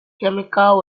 chemical